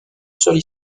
seule